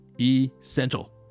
essential